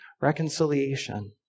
reconciliation